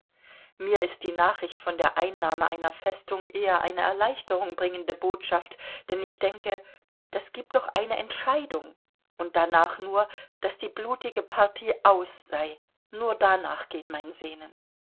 mir ist die nachricht von der einnahme einer festung eher eine erleichterung bringende botschaft denn ich denke das gibt doch eine entscheidung und darnach nur daß die blutige partie aus sei nur darnach geht mein sehnen